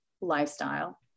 lifestyle